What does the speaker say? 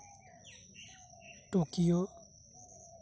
Tokyo